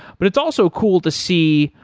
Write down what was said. but it's also cool to see,